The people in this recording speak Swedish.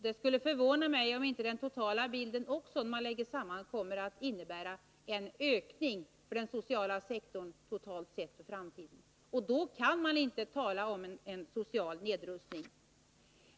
Det skulle förvåna mig om man inte, när man lägger samman alla delposter, kommer fram till att det blir en ökning av den sociala sektorns andel. Under sådana förhållanden kan man inte tala om en social nedrustning.